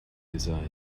desired